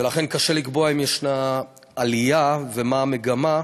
ולכן קשה לקבוע אם יש עלייה, ומה המגמה,